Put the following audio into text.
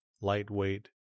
lightweight